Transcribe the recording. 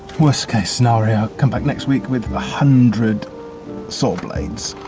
worst case scenario, i'll come back next week with a hundred saw blades.